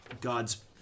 God's